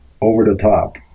over-the-top